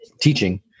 teaching